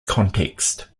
context